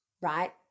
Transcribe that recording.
right